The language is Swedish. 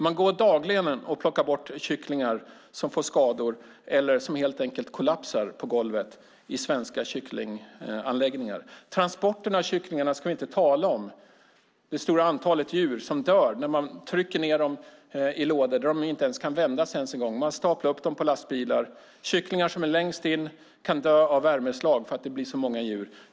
Man går dagligen och plockar bort kycklingar som fått skador eller som helt enkelt kollapsar på golvet i svenska kycklinganläggningar. Transporten av kycklingarna och det stora antalet djur som dör när man trycker ned dem i lådor där de inte ens kan vända sig ska vi inte tala om. Man staplar upp dem på lastbilar. Kycklingar som är längst in kan dö av värmeslag för att det blir så många djur.